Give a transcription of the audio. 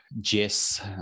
Jess